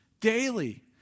daily